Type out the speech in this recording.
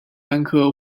玄参科